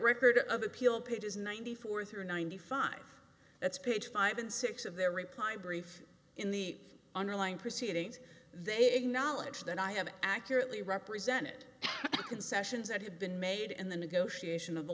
record of appeal pages ninety four through ninety five that's page five and six of their reply brief in the underlying proceedings they acknowledge that i have accurately represented the concessions that have been made in the negotiation of the